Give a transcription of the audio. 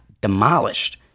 demolished